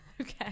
okay